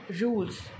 rules